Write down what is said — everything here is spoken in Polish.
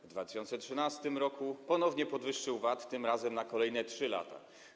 W 2013 r. ponownie podwyższył VAT, tym razem na kolejne 3 lata.